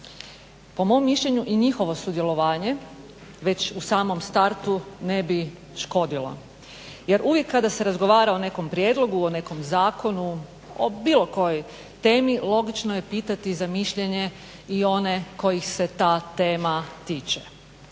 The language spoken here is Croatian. Po mom mišljenju i njihovo sudjelovanje već u samom startu ne bi škodilo, jer uvijek kada se razgovara o nekom prijedlogu, o nekom zakonu, o bilo kojoj temi logično je pitati za mišljenje i one kojih se ta tema tiče.